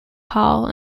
hall